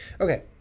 Okay